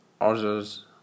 others